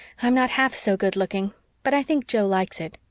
i'm not half so good-looking but i think jo likes it.